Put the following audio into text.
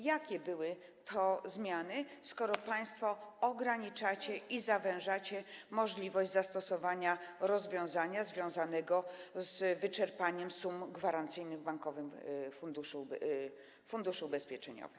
Jakie to były zmiany, skoro państwo ograniczacie i zawężacie możliwość zastosowania rozwiązania związanego z wyczerpaniem sum gwarancyjnych w funduszu ubezpieczeniowym?